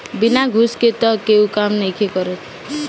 बिना घूस के तअ केहू काम नइखे करत